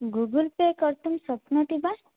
Google pay कर्तुं शक्नोति वा